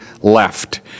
left